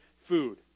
food